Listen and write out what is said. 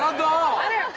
ah go